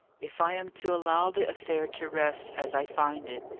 if i am to allow the affair to rest as i find it,